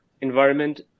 environment